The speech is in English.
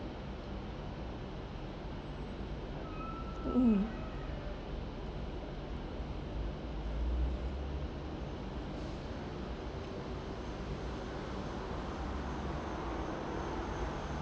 mm